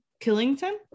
Killington